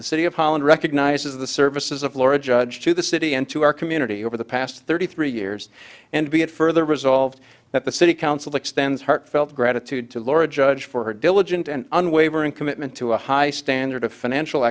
the city of holland recognizes the services of laura judge to the city and to our community over the past thirty three years and be it further resolved that the city council extends heartfelt gratitude to laura judge for her diligent and unwavering commitment to a high standard of financial